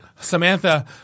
Samantha